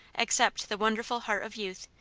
except the wonderful heart of youth,